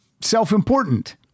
self-important